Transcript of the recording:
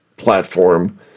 platform